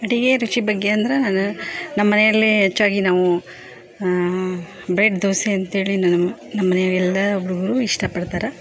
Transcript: ಅಡುಗೆಯ ರುಚಿ ಬಗ್ಗೆ ಅಂದ್ರೆ ನಾನು ನಮ್ಮ ಮನೆಯಲ್ಲಿ ಹೆಚ್ಚಾಗಿ ನಾವು ಬ್ರೆಡ್ ದೋಸೆ ಅಂಥೇಳಿ ನಮ್ಮ ಮನೆಯಾಗ ಎಲ್ಲ ಒಬ್ಬರೊಬ್ರು ಇಷ್ಟಪಡ್ತಾರೆ